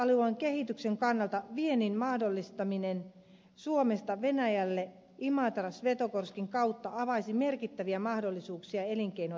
talousalueen kehityksen kannalta viennin mahdollistaminen suomesta venäjälle imatrasvetogorskin kautta avaisi merkittäviä mahdollisuuksia elinkeinoelämälle